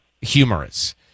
humorous